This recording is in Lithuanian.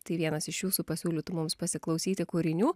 tai vienas iš jūsų pasiūlytų mums pasiklausyti kūrinių